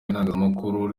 itangazamakuru